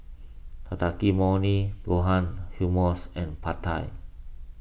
Takikomi Gohan Hummus and Pad Thai